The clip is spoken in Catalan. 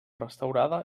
restaurada